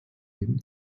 dem